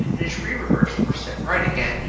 and is re-reversed, or set right again,